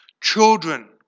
children